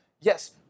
yes